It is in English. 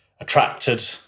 attracted